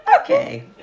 Okay